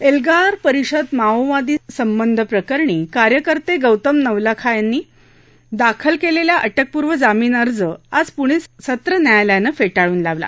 एल्गार परिषद माओवादी संबंध प्रकरणी कार्यकर्ते गौतम नवलखा यांनी दाखल केलेला अटकपूर्व जामिन अर्ज आज पुणे सत्र न्यायालयानं फेटाळून लावला